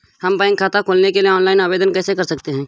हम बैंक खाता खोलने के लिए ऑनलाइन आवेदन कैसे कर सकते हैं?